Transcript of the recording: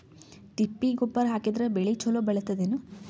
ತಿಪ್ಪಿ ಗೊಬ್ಬರ ಹಾಕಿದರ ಬೆಳ ಚಲೋ ಬೆಳಿತದೇನು?